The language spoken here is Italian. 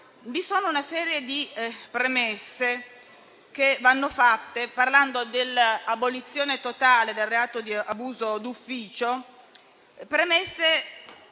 Vi sono una serie di premesse che vanno fatte, parlando dell'abolizione totale del reato di abuso d'ufficio, rispetto